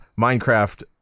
Minecraft